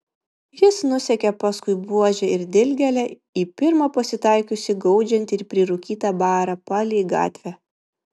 jis nusekė paskui buožę ir dilgėlę į pirmą pasitaikiusį gaudžiantį ir prirūkytą barą palei gatvę